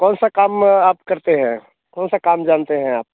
कौन सा काम आप करते हैं कौन सा काम जानते हैं आप